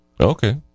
okay